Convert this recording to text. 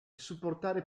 supportare